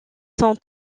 son